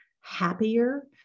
happier